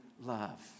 love